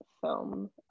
film